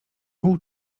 pół